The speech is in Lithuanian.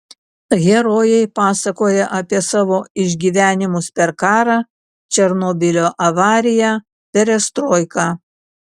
herojai pasakoja apie savo išgyvenimus per karą černobylio avariją perestroiką